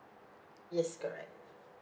yes correct